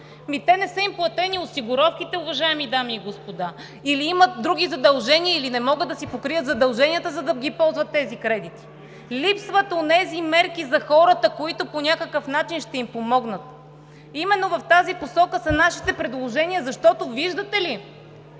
не са им платени осигуровките, уважаеми дами и господа, или имат други задължения, или не могат да си покрият задълженията, за да ползват тези кредити! Липсват онези мерки за хората, които по някакъв начин ще им помогнат! Именно в тази посока са нашите предложения, защото виждате ли